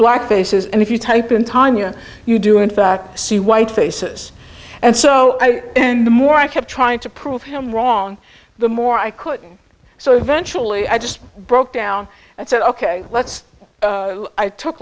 black faces and if you type in time yes you do in fact see white faces and so and the more i kept trying to prove him wrong the more i could so eventually i just broke down and said ok let's i took